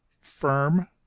firm